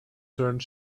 turned